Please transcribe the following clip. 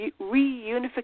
reunification